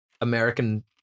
American